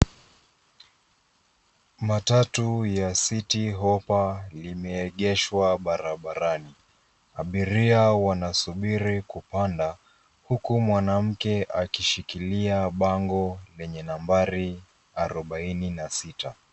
Matatu ya city hoppa limeegeshwa barabarani. Abiria wanasubiri kupanda, huku mwanamke akishikilia bango lenye nambari arobaini na sita.